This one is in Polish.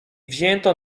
wzięto